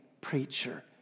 preacher